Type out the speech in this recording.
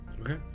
okay